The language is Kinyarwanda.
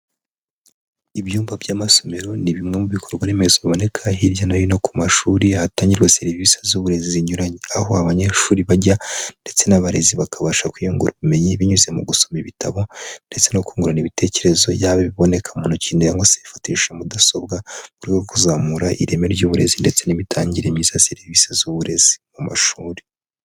Ibyumba by'amasomero ni bimwe mu bikorwa remezo biboneka hirya no hino ku mashuri ahatangirwa serivisi z'uburezi zinyuranye. Aho abanyeshuri bajya ndetse n'abarezi bakabasha kwiyungura ubumenyi binyuze mu gusoma ibitabo, ndetse no kungurana ibitekerezo yaba ibiboneka mu ntoki nangwa se ibifatisha mudasobwa mu rwego rwo kuzamura ireme ry'uburezi ndetse n'imitangire myiza ya serivisi z'uburezi. Mu mashuri.